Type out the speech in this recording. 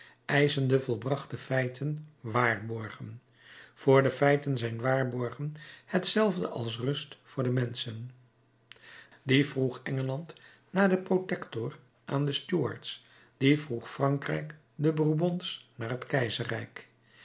de volbrachte feiten waarborgen voor de feiten zijn waarborgen hetzelfde als rust voor de menschen die vroeg engeland na den protector aan de stuarts die vroeg frankrijk den bourbons na het keizerrijk